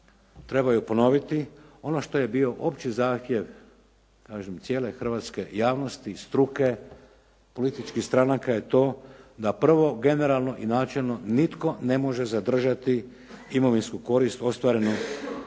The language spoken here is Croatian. treba ju ponoviti. Ono što je bio opći zahtjev kažem cijele hrvatske javnosti i struke, političkih stranaka je to da prvo generalno i načelno nitko ne može zadržati imovinsku korist ostvarenu